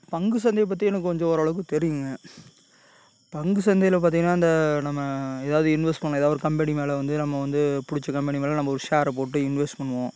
பங்கு சந்தை பற்றி எனக்கு கொஞ்சம் ஓரளவுக்கு தெரியுங்க பங்கு சந்தையில் பார்த்தீங்கன்னா இந்த நம்ம ஏதாவது இன்வெஸ்ட் பண்ணலாம் எதா ஒரு கம்பெனி மேலே வந்து நம்ம வந்து பிடிச்ச கம்பெனி மேலே நம்ம ஒரு ஷேரை போட்டு இன்வெஸ்ட் பண்ணுவோம்